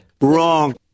Wrong